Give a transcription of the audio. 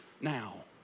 now